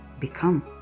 become